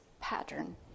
pattern